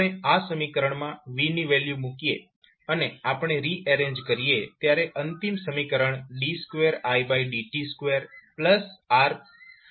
આપણે આ સમીકરણમાં v ની વેલ્યુ મૂકીએ અને આપણે રિએરેન્જ કરીએ ત્યારે અંતિમ સમીકરણ d2idt21RCdidtiLCIsLC મળે છે